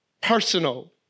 personal